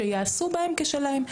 שיעשו בהם כשלהם.